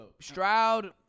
Stroud